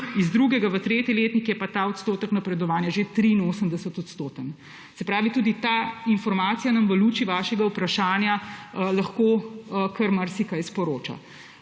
iz drugega v tretji letnik je pa ta odstotek napredovanja že 83-odstoten. Tudi ta informacija nam v luči vašega vprašanja lahko kar marsikaj sporoča.